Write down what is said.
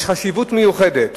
יש חשיבות מיוחדת